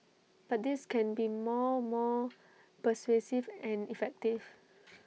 but this can be more more pervasive and effective